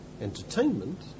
Entertainment